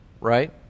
right